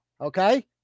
Okay